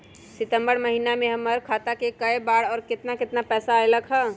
सितम्बर महीना में हमर खाता पर कय बार बार और केतना केतना पैसा अयलक ह?